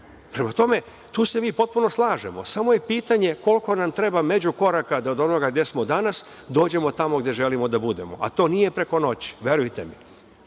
Prema tome, tu se mi potpuno slažemo, samo je pitanje koliko nam treba među koraka da od onoga gde smo danas, dođemo tamo gde želimo da budemo, a to nije preko noći verujte